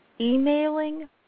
Emailing